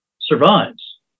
survives